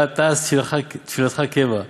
אל תעש תפילתך קבע,